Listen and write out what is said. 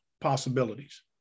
possibilities